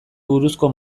buruzko